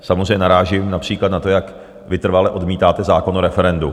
Samozřejmě narážím například na to, jak vytrvale odmítáte zákon o referendu.